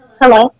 Hello